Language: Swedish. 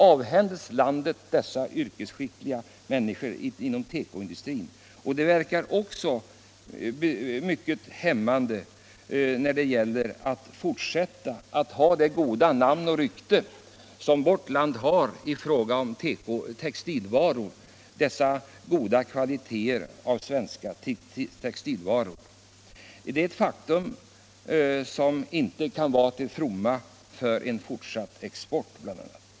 Om vi avhänder oss dessa yrkeskunniga människor verkar det också mycket hämmande när det gäller att behålla det goda namn och rykte som vårt land har i fråga om textilvaror. Svenska textilvaror är kända för god kvalitet. En sådan utveckling främjar inte en fortsatt export av textilprodukter.